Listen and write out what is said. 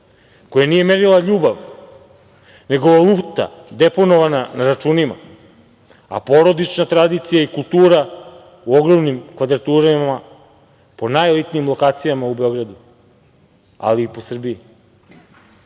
koje nije merila ljubav, nego valuta deponovana na računima, a porodična tradicija i kultura u ogromnim kvadraturama po najelitnijim lokacijama u Beogradu, ali i po Srbiji. Sve